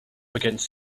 against